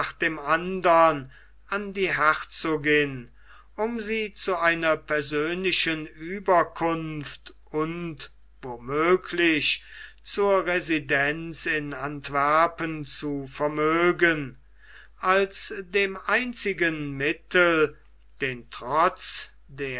dem andern an die herzogin um sie zu einer persönlichen ueberkunft und wo möglich zur residenz in antwerpen zu vermögen als dem einzigen mittel den trotz